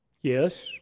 Yes